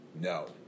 no